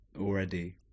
already